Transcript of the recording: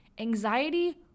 anxiety